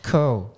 Cool